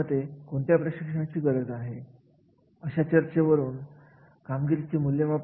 मूल्यांकन करणार याचे ज्ञान जो व्यक्ती अशा कार्याचे मूल्यमापन करत आहे त्याला किती अनुभव आहे त्याला किती जाणीव आहे त्याला किती माहिती आहे